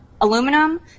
aluminum